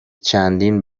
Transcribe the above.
چندین